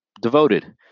devoted